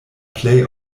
plej